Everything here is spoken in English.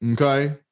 Okay